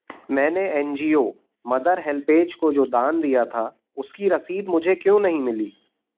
मैंने N G O Mother HelpAge को जो दान दिया था उसकी रसीद मुझे क्यों नहीं मिली